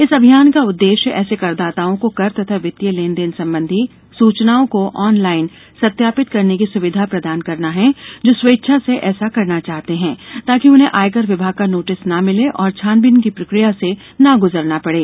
इस अभियान का उद्देश्य ऐसे करदाताओं को कर तथा वित्तीय लेनदेन संबंधी सूचनाओं को ऑनलाइन सत्यापित करने की सुविधा प्रदान करना है जो स्वेच्छा से ऐसा करना चाहते हैं ताकि उन्हें आयकर विभाग का नोटिस न मिले और छानबीन की प्रक्रिया से न गुजरना पड़े